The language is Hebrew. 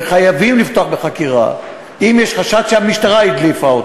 וחייבים לפתוח בחקירה אם יש חשד שהמשטרה הדליפה.